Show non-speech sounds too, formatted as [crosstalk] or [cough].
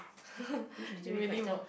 [laughs] it really works